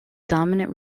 dominant